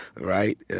right